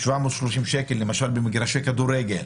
730 שקל, למשל במגרשי כדורגל.